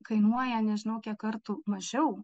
kainuoja nežinau kiek kartų mažiau